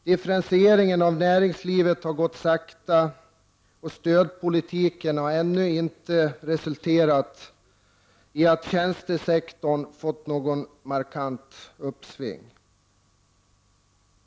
Differentieringen av näringslivet har gått sakta, och stödpolitiken har ännu inte resulterat i att tjänstesektorn fått något markant uppsving.